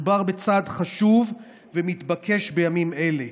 מדובר בצעד חשוב ומתבקש בימים אלה.